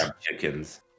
Chickens